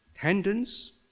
Tendons